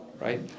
right